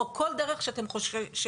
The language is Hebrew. או כל דרך שאתם חושבים,